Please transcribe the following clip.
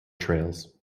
trails